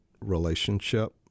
relationship